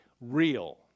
real